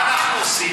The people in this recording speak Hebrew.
מה אנחנו עושים?